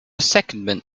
secondment